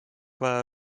vaja